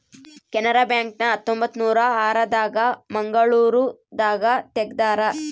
Canara bank ನ ಹತ್ತೊಂಬತ್ತನೂರ ಆರ ದಾಗ ಮಂಗಳೂರು ದಾಗ ತೆಗ್ದಾರ